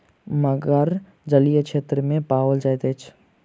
मगर जलीय क्षेत्र में पाओल जाइत अछि